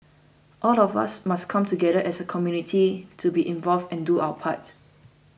all of us must come together as a community to be involved and do our part